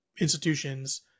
institutions